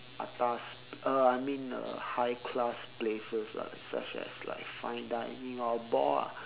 atas uh I mean uh high class places are such as like fine dining or ball ah